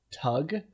tug